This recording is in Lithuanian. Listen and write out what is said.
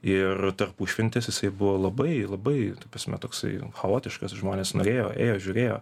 ir tarpušventis jisai buvo labai labai prasme toksai chaotiškas žmonės norėjo ėjo žiūrėjo